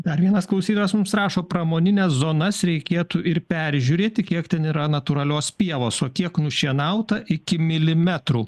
dar vienas klausytojas mums rašo pramonines zonas reikėtų ir peržiūrėti kiek ten yra natūralios pievos o kiek nušienauta iki milimetrų